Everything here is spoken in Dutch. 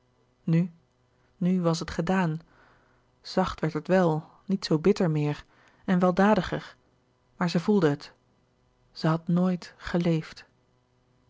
nu nu was het gedaan zacht werd het wel niet zoo bitter meer en weldadiger maar zij voelde het zij had nooit geleefd